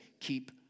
keep